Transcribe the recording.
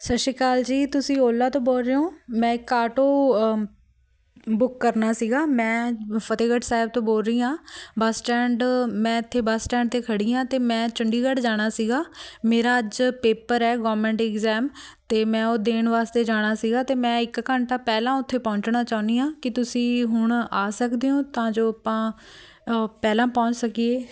ਸਤਿ ਸ਼੍ਰੀ ਅਕਾਲ ਜੀ ਤੁਸੀਂ ਓਲਾ ਤੋਂ ਬੋਲ ਰਹੇ ਹੋ ਮੈਂ ਇੱਕ ਆਟੋ ਬੁੱਕ ਕਰਨਾ ਸੀਗਾ ਮੈਂ ਫਤਿਹਗੜ੍ਹ ਸਾਹਿਬ ਤੋਂ ਬੋਲ ਰਹੀ ਹਾਂ ਬੱਸ ਸਟੈਂਡ ਮੈਂ ਇੱਥੇ ਬੱਸ ਸਟੈਂਡ 'ਤੇ ਖੜ੍ਹੀ ਹਾਂ ਅਤੇ ਮੈਂ ਚੰਡੀਗੜ੍ਹ ਜਾਣਾ ਸੀਗਾ ਮੇਰਾ ਅੱਜ ਪੇਪਰ ਹੈ ਗੌਰਮੈਂਟ ਇਗਜ਼ਾਮ ਅਤੇ ਮੈਂ ਉਹ ਦੇਣ ਵਾਸਤੇ ਜਾਣਾ ਸੀਗਾ ਅਤੇ ਮੈਂ ਇੱਕ ਘੰਟਾ ਪਹਿਲਾਂ ਉੱਥੇ ਪਹੁੰਚਣਾ ਚਾਹੁੰਦੀ ਹਾਂ ਕੀ ਤੁਸੀਂ ਹੁਣ ਆ ਸਕਦੇ ਹੋ ਤਾਂ ਜੋ ਆਪਾਂ ਪਹਿਲਾਂ ਪਹੁੰਚ ਸਕੀਏ